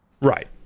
Right